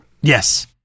Yes